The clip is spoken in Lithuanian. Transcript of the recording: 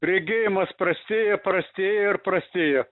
regėjimas prastėja prastėja ir prastėja